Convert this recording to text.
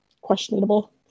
questionable